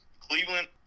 Cleveland